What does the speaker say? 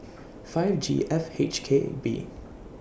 five G F H K B